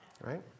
Right